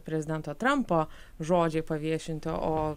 prezidento trampo žodžiai paviešinti o